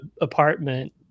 apartment